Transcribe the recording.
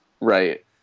Right